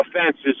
offenses